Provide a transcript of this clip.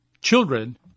children